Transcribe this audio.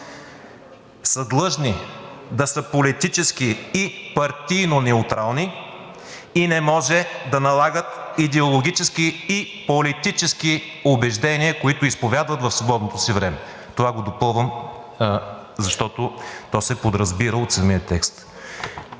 „са длъжни да са политически и партийно неутрални и не може да налагат идеологически и политически убеждения“, които изповядват в свободното си време. Това го допълвам, защото то се подразбира от самия текст.